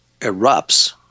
erupts